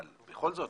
אבל בכל זאת,